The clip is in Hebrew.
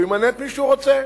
הוא ימנה את מי שהוא רוצה.